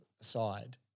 aside